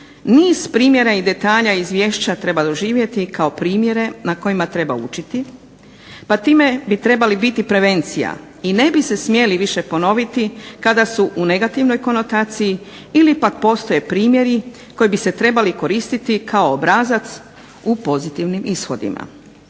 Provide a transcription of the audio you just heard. niz primjera i detalja izvješća treba doživjeti kao primjere na kojima treba učiti pa time bi trebali biti prevencija i ne bi se smjeli više ponoviti kada su u negativnoj konotaciji, ili pak postoje primjeri koji bi se trebali koristiti kao obrazac u pozitivnim ishodima.